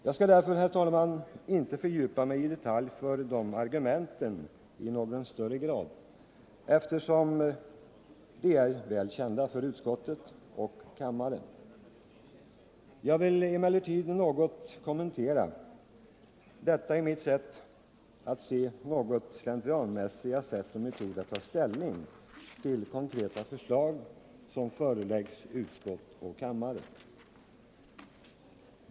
Jag skall därför, herr talman, inte fördjupa mig i detaljer när det gäller dessa argument, eftersom de är väl kända för utskottet och kammaren. Jag vill emellertid med ett par ord kommentera detta enligt min mening något slentrianmässiga sätt och denna metod att ta ställning till konkreta förslag som föreläggs utskott och kammare.